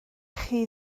chi